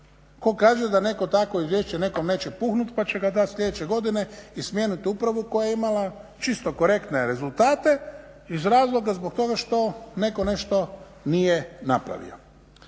Tko kaže da neko takvo izvješće nekom neće puhnuti pa će ga dati sljedeće godine i smijeniti upravu koja je imala čisto korektne rezultate iz razloga zbog toga što neko nešto nije napravio.